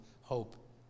hope